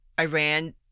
Iran